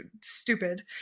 stupid